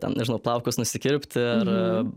tam nežinau plaukus nusikirpti ar